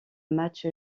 match